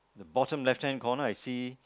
the bottom left hand corner I see